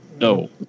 No